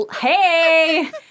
hey